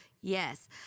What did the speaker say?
Yes